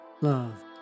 love